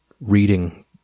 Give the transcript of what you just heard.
reading